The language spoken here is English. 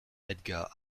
edgar